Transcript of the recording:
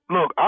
Look